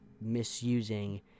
misusing